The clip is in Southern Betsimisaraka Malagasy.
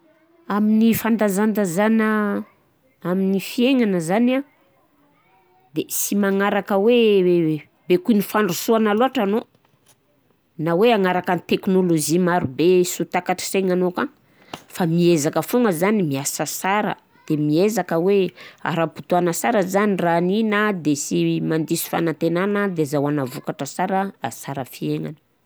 Amin'ny fandazandazana amin'ny fiaignagna zany an de sy magnaraka hoe baikoin'ny fandrosoagna loàtra anao, na hoe agnaraka ny teknaolozia marobe sy ho takatra saignanao ka fa miezaka foana zany miasa sara de miezaka hoe ara-potoagna sara zany raha hanina de sy mandiso fanantenagna de azahoana vokatra sara de ahasara fiaignana.